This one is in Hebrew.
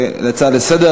להצעה לסדר,